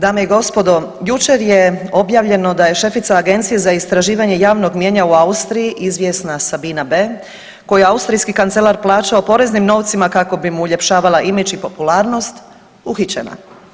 Dame i gospodo jučer je objavljeno da je šefica Agencije za istraživanje javnog mijenja u Austriji izvjesna Sabina B. koju je austrijski kancelar plaćao poreznim novcima kako bi mu uljepšavala imidž i popularnost uhićena.